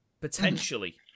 potentially